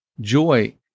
Joy